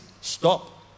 Stop